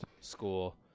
school